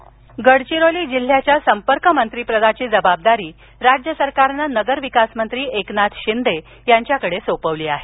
संपर्कमंत्री गडचिरोली जिल्ह्याच्या संपर्कमंत्रीपदाची जबाबदारी राज्य सरकारनं नगरविकासमंत्री एकनाथ शिंदे यांच्याकडे सोपवली आहे